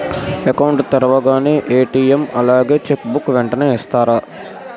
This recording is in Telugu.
అకౌంట్ తెరవగానే ఏ.టీ.ఎం అలాగే చెక్ బుక్ వెంటనే ఇస్తారా?